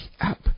up